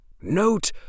Note